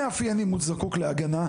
מי מאפיין אם הוא זקוק להגנה?